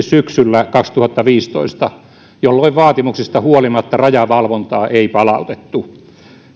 syksyllä kaksituhattaviisitoista jolloin vaatimuksista huolimatta rajavalvontaa ei palautettu